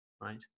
right